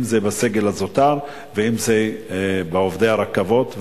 אם בסגל הזוטר ואם בעובדי הרכבות,